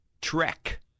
trek